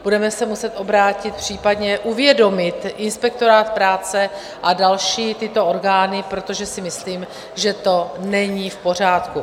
Budeme se muset obrátit případně uvědomit inspektorát práce a další tyto orgány, protože si myslím, že to není v pořádku.